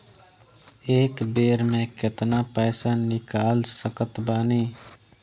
एक बेर मे केतना पैसा निकाल सकत बानी?